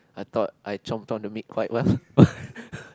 I thought I chomped on the meat quite well